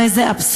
הרי זה אבסורד,